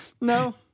No